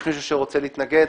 יש מישהו שרוצה להתנגד?